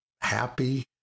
happy